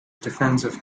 defensive